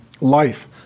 Life